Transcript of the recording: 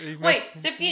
Wait